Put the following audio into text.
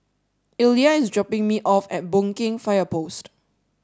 Illya is dropping me off at Boon Keng Fire Post